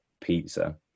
pizza